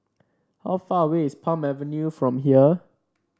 how far away is Palm Avenue from here